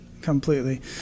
completely